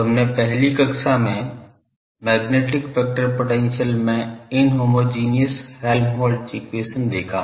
तो हमने पहली कक्षा में मैग्नेटिक वेक्टर पोटेंशियल में इनहोमोजेनियस हेल्म्होल्त्ज़ एक्वेशन देखा